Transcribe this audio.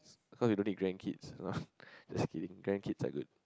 cause we no need grandkids no lah just kidding grandkids are good